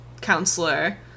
counselor